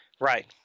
Right